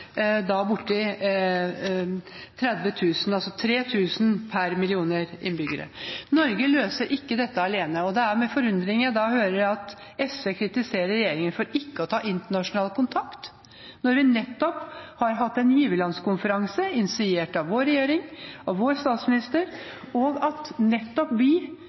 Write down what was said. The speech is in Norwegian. altså 3 000 per én million innbyggere. Norge løser ikke dette alene, og det er med forundring jeg da hører at SV kritiserer regjeringen for ikke å ta internasjonal kontakt, når vi nettopp har hatt en giverlandskonferanse, initiert av vår regjering og vår statsminister, og når nettopp vi